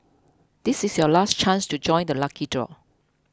this is your last chance to join the lucky draw